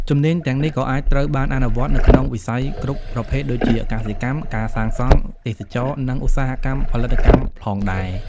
ជំនាញទាំងនេះក៏អាចត្រូវបានអនុវត្តនៅក្នុងវិស័យគ្រប់ប្រភេទដូចជា កសិកម្ម ការសាងសង់ ទេសចរណ៍ និងឧស្សាហកម្មផលិតកម្មផងដែរ។